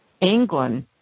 England